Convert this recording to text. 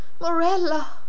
Morella